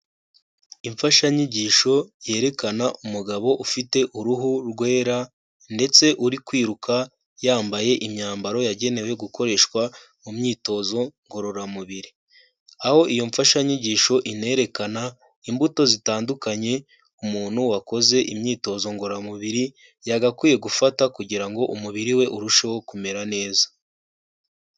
Imfashanyigisho yerekana umugabo ufite uruhu rwera ndetse uri kwiruka yambaye imyambaro yagenewe gukoreshwa mu myitozo ngororamubiri. Aho iyo mfashanyigisho inerekana imbuto zitandukanye umuntu wakoze imyitozo ngororamubiri, yagakwiye gufata kugira ngo umubiri we urusheho kumera neza.